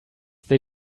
they